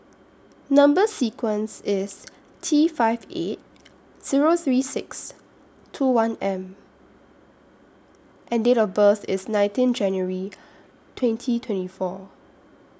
Number sequence IS T five eight Zero three six two one M and Date of birth IS nineteen January twenty twenty four